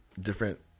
different